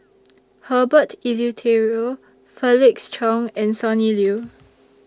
Herbert Eleuterio Felix Cheong and Sonny Liew